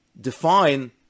define